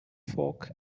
fork